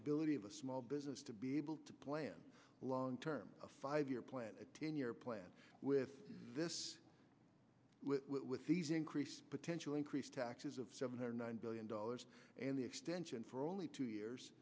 ability of a small business to be able to plan a long term five year plan a ten year plan with these increase potential increase taxes of seven hundred billion dollars and the extension for only two years